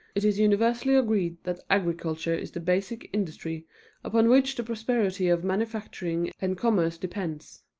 it is universally agreed that agriculture is the basic industry upon which the prosperity of manufacturing and commerce depends.